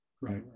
Right